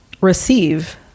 receive